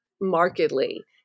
markedly